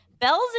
Bells